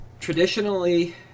traditionally